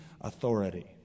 authority